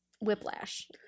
whiplash